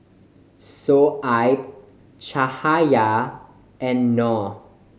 Shoaib Cahaya and Noh